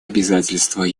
обязательства